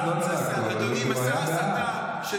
אבל הוא היה בעד.